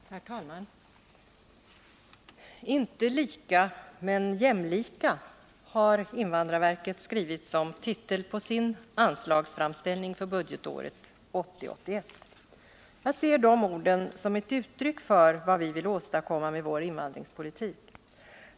Herr talman! Inte lika, men jämlika, har invandrarverket skrivit som titel på sin anslagsframställning för budgetåret 1980/81. Jag ser de orden som ett uttryck för vad vi vill åstadkomma med vår invandringspolitik.